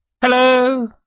hello